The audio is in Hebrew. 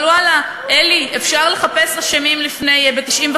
אבל, ואללה, אלי, אפשר לחפש אשמים ב-1995.